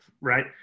right